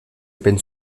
open